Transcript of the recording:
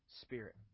spirit